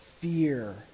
fear